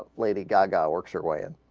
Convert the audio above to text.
lady gaga work so your way ah